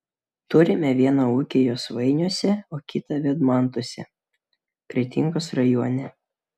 turime vieną ūkį josvainiuose o kitą vydmantuose kretingos rajone